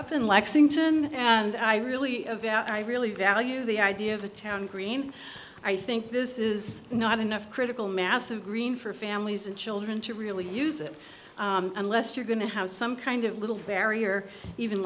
up in lexington and i really i really value the idea of the town cream i think this is not enough critical mass of green for families and children to really use it unless you're going to have some kind of little barrier even